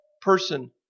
person